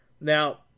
Now